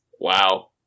Wow